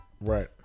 Right